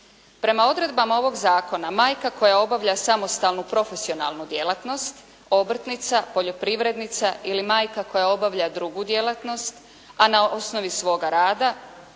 Prema odredbama ovog zakona majka koja obavlja samostalnu profesionalnu djelatnost, obrtnica, poljoprivrednica ili majka koja obavlja drugu djelatnost, a na osnovi svoga rada